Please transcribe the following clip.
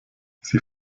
sie